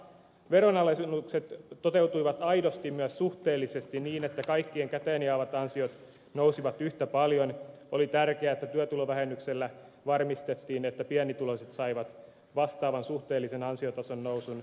jotta veronalennukset toteutuivat aidosti myös suhteellisesti niin että kaikkien käteenjäävät ansiot nousivat yhtä paljon oli tärkeää että työtulovähennyksellä varmistettiin että pienituloiset saivat vastaavan suhteellisen ansiotason nousun kuin suurituloiset